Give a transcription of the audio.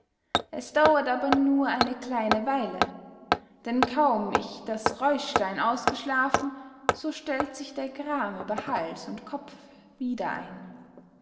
es dauert aber nur eine kleine weile denn kaum ich das räuschlein ausgeschlafen so stellt sich der gram über hals und kopf wieder ein